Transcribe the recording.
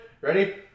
Ready